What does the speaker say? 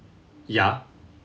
ya